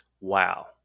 wow